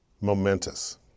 momentous